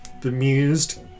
bemused